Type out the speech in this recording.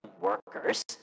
Workers